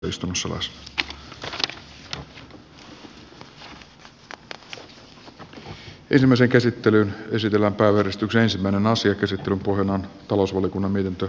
käsittelyn pohjana on talousvaliokunnan mietintö